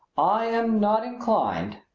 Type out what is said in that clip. i am not inclined,